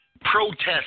protest